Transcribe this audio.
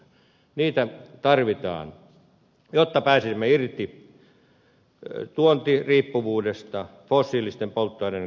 ydinvoimaloita tarvitaan jotta pääsisimme irti tuontiriippuvuudesta fossiilisten polttoaineiden käytöstä